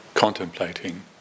contemplating